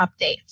updates